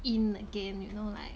in again you know like